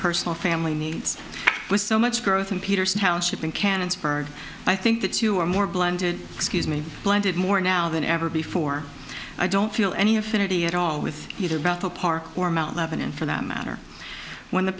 personal family needs with so much growth in peterson house shipping cannons purred i think that you are more blinded excuse me planted more now than ever before i don't feel any affinity at all with either about the park or mount lebanon for that matter when the